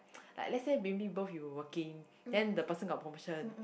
like let's say maybe both of you were working then the person got promotion